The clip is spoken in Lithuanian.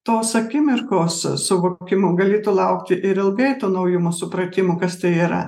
tos akimirkos suvokimo galėtų laukti ir ilgai to naujumo supratimo kas tai yra